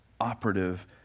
operative